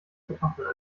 kartoffeln